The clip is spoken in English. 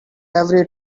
every